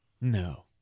no